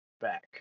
back